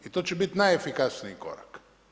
I to će biti najefikasniji korak.